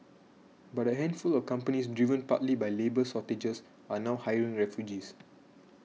but a handful of companies driven partly by labour shortages are now hiring refugees